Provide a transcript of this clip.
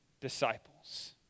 disciples